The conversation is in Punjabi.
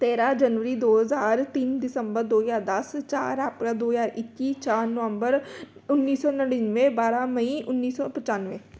ਤੇਰਾਂ ਜਨਵਰੀ ਦੋ ਹਜ਼ਾਰ ਤਿੰਨ ਦਸੰਬਰ ਦੋ ਹਜ਼ਾਰ ਦਸ ਚਾਰ ਅਪ੍ਰੈਲ ਦੋ ਹਜ਼ਾਰ ਇੱਕੀ ਚਾਰ ਨਵੰਬਰ ਉੱਨੀ ਸੌ ਨੜਿਨਵੇਂ ਬਾਰਾਂ ਮਈ ਉੱਨੀ ਸੌ ਪਚਾਨਵੇਂ